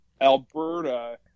Alberta